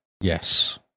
Yes